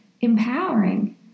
empowering